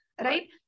right